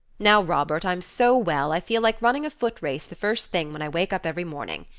now, robert, i'm so well, i feel like running a footrace the first thing when i wake up every morning.